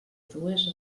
dues